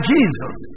Jesus